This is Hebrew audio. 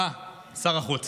אה, שר החוץ.